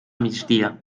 migdia